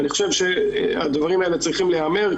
אני חושב שהדברים האלה צריכים להיאמר,